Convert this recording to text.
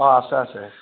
অঁ আছে আছে